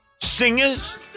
Singers